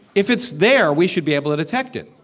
if it's there, we should be able to detect it.